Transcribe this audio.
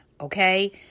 Okay